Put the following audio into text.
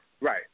Right